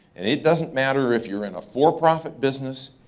and it doesn't matter if you're in a for-profit business,